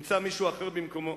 ימצא מישהו אחר במקומו.